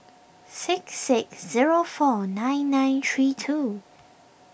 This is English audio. six six zero four nine nine three two